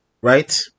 right